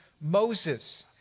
Moses